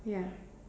ya